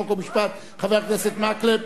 חוק ומשפט חבר הכנסת מקלב.